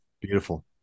beautiful